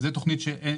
זאת לא תכנית כתומה.